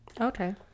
okay